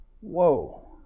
Whoa